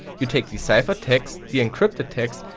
you take the cipher text, the encrypted text,